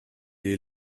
est